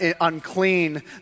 unclean